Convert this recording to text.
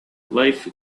life